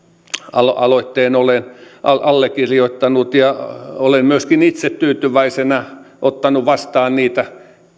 aloitteen olen allekirjoittanut olen myöskin itse tyytyväisenä ottanut vastaan niitä